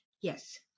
Yes